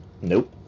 Nope